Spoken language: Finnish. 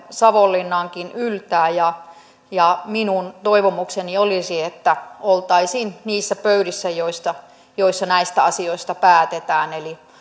savonlinnaankin yltää ja ja minun toivomukseni olisi että oltaisiin niissä pöydissä joissa näistä asioista päätetään eli